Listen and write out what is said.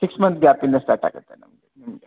six month ಗ್ಯಾಪಿಂದ start ಆಗುತ್ತೆ ನಮಗೆ ನಿಮಗೆ